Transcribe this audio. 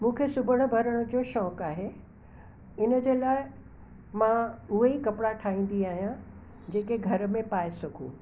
मूंखे सिबणु भरण जो शौक़ु आहे हिनजे लाइ मां उहाई कपिड़ा ठाहींदी आहियां जे के घर में पाए सघूं